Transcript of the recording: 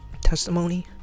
Testimony